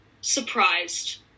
surprised